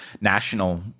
national